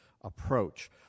approach